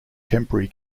temporary